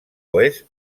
oest